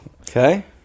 Okay